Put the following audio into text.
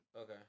Okay